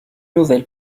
nouvelle